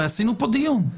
הרי עשינו פה דיון.